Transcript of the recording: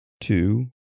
two